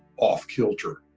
off-kilter.